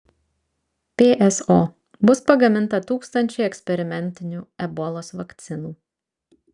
pso bus pagaminta tūkstančiai eksperimentinių ebolos vakcinų